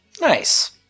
nice